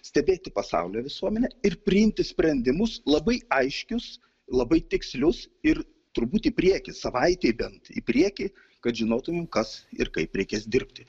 stebėti pasaulio visuomenę ir priimti sprendimus labai aiškius labai tikslius ir turbūt į priekį savaitei bent į priekį kad žinotumėm kas ir kaip reikės dirbti